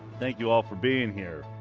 thank you all for being here.